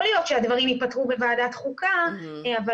יכול להיות שהדברים ייפתרו בוועדת החוקה אבל